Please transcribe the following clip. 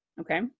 okay